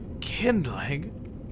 Kindling